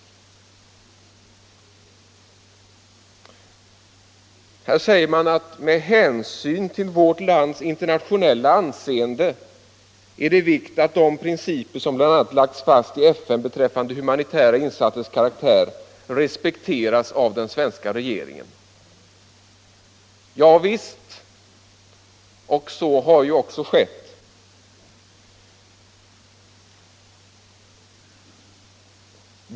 Här säger man att det ”med hänsyn till vårt lands internationella anseende är av vikt att de principer som bl.a. lagts fast i FN beträffande humanitära insatsers karaktär respekteras av den svenska regeringen”. Javisst, så har också skett. '